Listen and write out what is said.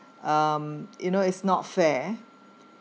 um you know it's not fair